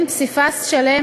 הפלסטינים,